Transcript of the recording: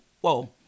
whoa